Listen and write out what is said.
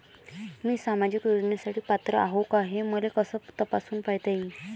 मी सामाजिक योजनेसाठी पात्र आहो का, हे मले कस तपासून पायता येईन?